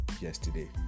yesterday